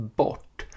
bort